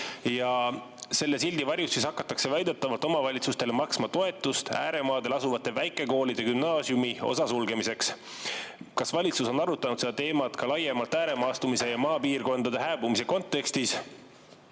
Selle sildi varjus hakatakse väidetavalt omavalitsustele maksma toetust ääremaadel asuvate väikekoolide gümnaasiumiosa sulgemiseks. Kas valitsus on arutanud seda teemat ka laiemalt, ääremaastumise ja maapiirkondade hääbumise kontekstis?